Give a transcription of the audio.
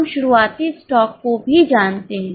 हम शुरुआती स्टॉक को भी जानते हैं